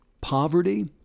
poverty